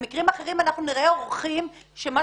במקרים אחרים אנחנו נראה עורכים שמה